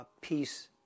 peace